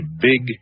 big